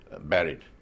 buried